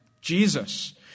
Jesus